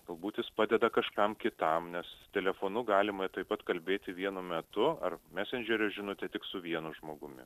galbūt jis padeda kažkam kitam nes telefonu galima ir taip pat kalbėti vienu metu ar mesendžerio žinute tik su vienu žmogumi